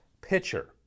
pitcher